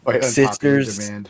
sisters